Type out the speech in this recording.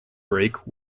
break